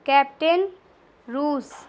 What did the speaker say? captain روس